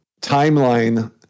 timeline